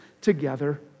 together